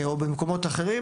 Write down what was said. או במקומות אחרים.